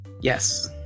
yes